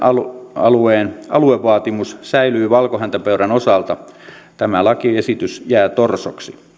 alueen vaatimus säilyy valkohäntäpeuran osalta tämä lakiesitys jää torsoksi